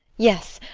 yes.